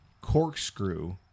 corkscrew